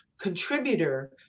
contributor